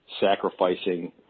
sacrificing